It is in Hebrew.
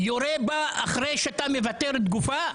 יורה בה אחרי שאתה מבתר את גופתה,